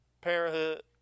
parenthood